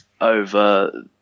Over